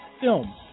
film